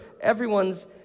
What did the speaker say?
everyone's